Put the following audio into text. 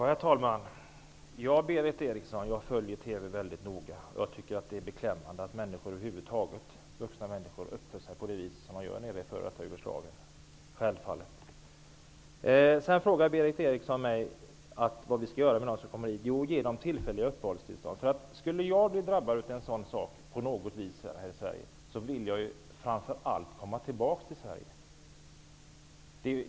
Herr talman! Ja, jag följer TV väldigt noga, Berith Eriksson. Jag tycker självfallet att det är beklämmande att vuxna människor över huvud taget uppför sig på det vis som man gör nere i f.d. Sedan frågade Berith Eriksson mig vad vi skall göra med dem som kommer hit. Jo, ge dem tillfälliga uppehållstillstånd. Skulle jag bli drabbad av någonting liknande här i Sverige skulle jag ju framför allt vilja komma tillbaka till Sverige.